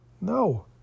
No